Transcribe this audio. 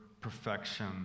perfection